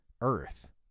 Earth